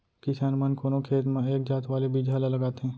किसान मन कोनो खेत म एक जात वाले बिजहा ल लगाथें